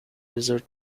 desert